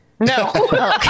no